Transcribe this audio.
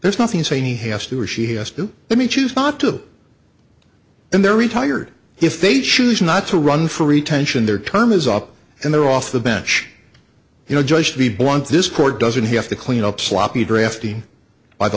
there's nothing saying he has to or she has to let me choose not to and they're retired if they choose not to run for retention their term is up and they're off the bench you know just to be blunt this court doesn't have to clean up sloppy draftee by the